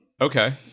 Okay